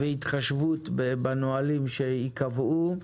והתחשבות בנהלים שייקבעו.